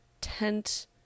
tent